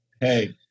Hey